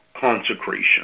consecration